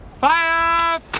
Fire